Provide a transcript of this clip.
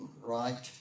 right